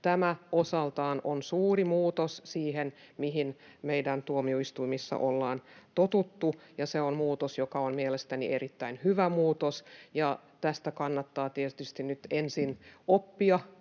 Tämä on osaltaan suuri muutos siihen, mihin meidän tuomioistuimissamme ollaan totuttu, ja se on mielestäni erittäin hyvä muutos. Tästä kannattaa tietysti sitten nyt ensin oppia,